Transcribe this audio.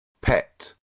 pet